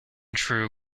true